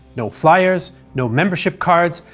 no flyers, no membership cards,